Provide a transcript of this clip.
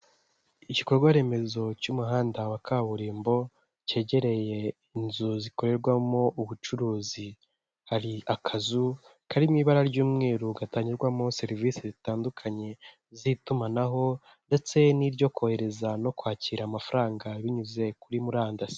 Igikorwa remezo cy'umuhanda wa kaburimbo cyegereye inzu zikorerwamo ubucuruzi, hari akazu kari mu ibara ry'umweru gatangirwamo serivisi zitandukanye z'itumanaho ndetse n'iryo kohereza no kwakira amafaranga binyuze kuri murandasi.